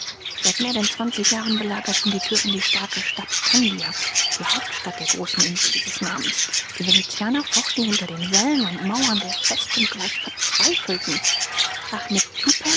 seit mehr denn zwanzig jahren belagerten die türken die starke stadt kandia die hauptstadt der großen insel dieses namens die venetianer fochten hinter den wällen und mauern der festung gleich verzweifelten achmet